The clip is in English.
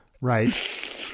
right